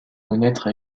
renaître